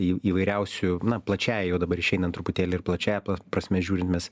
į įvairiausių na plačiąja jau dabar išeinam truputėlį ir plačiąja prasme žiūrint mes